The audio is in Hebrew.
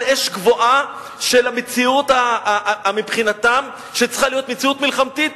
על אש גבוהה של המציאות מבחינתם שצריכה להיות מציאות מלחמתית.